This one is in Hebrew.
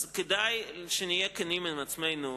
אז כדאי שנהיה כנים עם עצמנו.